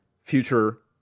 future